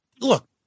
look